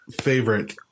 favorite